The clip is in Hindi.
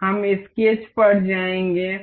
हम स्केच पर जाएंगे